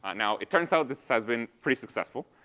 ah now, it turns out this has been pretty successful.